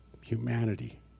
humanity